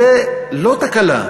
זה לא תקלה.